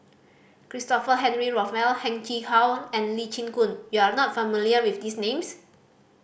Christopher Henry Rothwell Heng Chee How and Lee Chin Koon you are not familiar with these names